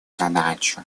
задачу